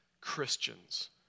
Christians